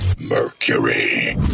Mercury